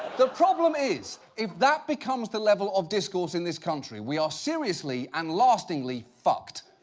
the problem is if that becomes the level of discourse in this country, we are seriously and lastingly fucked.